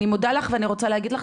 אני מודה לך ואני רוצה להגיד לך,